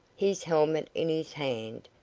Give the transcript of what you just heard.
his helmet in his hand,